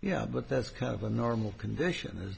yeah but that's kind of a normal condition